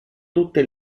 tutte